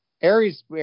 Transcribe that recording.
Aries